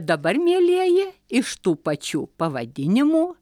dabar mielieji iš tų pačių pavadinimų